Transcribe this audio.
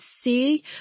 see